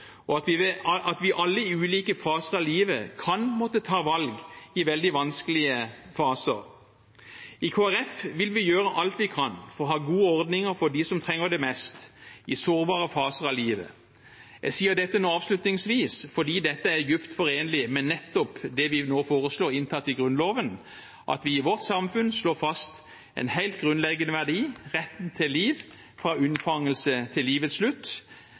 og at vi alle i ulike faser av livet kan måtte ta valg i veldig vanskelige faser. I Kristelig Folkeparti vil vi gjøre alt vi kan for å ha gode ordninger for dem som trenger det mest, i sårbare faser av livet. Jeg sier dette avslutningsvis fordi dette er dypt forenlig med nettopp det vi nå foreslår inntatt i Grunnloven, at vi i vårt samfunn slår fast en helt grunnleggende verdi: retten til liv, fra unnfangelse til livets slutt,